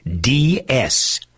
DS